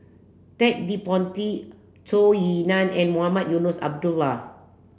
Ted De Ponti Zhou Ying Nan and Mohamed Eunos Abdullah